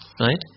right